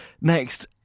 next